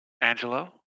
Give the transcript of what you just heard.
Angelo